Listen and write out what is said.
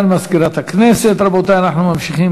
ליצמן בנושא: נוהל שר האוצר החדש (אגף חשכ"ל)